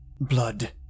Blood